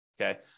Okay